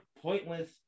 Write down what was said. pointless